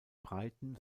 breiten